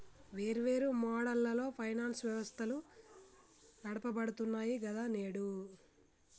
వేర్వేరు మోడళ్లలో ఫైనాన్స్ వ్యవస్థలు నడపబడుతున్నాయి గదా నేడు